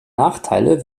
nachteile